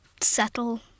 settle